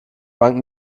bank